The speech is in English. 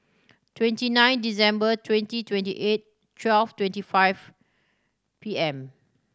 twenty nine December twenty twenty eight twelve twenty five P M